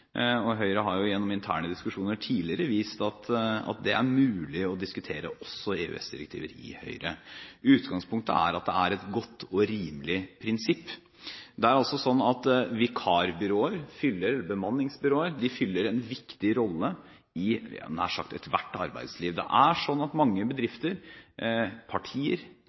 og Høyre har gjennom interne diskusjoner tidligere vist at det også er mulig å diskutere EØS-direktiver i Høyre. Utgangspunktet er at det er et godt og rimelig prinsipp. Det er altså sånn at vikarbyråer, bemanningsbyråer, fyller en viktig rolle i nær sagt ethvert arbeidsliv. Det er sånn at mange bedrifter, partier,